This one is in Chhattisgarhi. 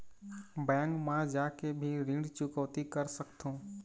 बैंक मा जाके भी ऋण चुकौती कर सकथों?